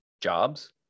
jobs